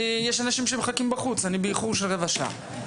יש אנשים שמחכים בחוץ, אני באיחור של רבע שעה.